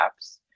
apps